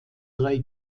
drei